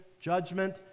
judgment